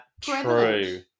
true